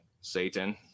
Satan